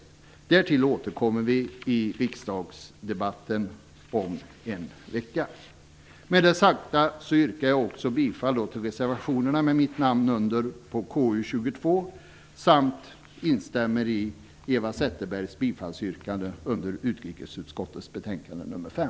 Därtill återkommer vi i riksdagsdebatten om en vecka. Med det sagda yrkar jag bifall till reservationerna med mitt namn på till KU:s betänkande 22 samt instämmer i Eva Zetterbergs bifallsyrkanden under utrikesutskottets betänkande nr 5.